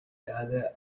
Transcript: tirada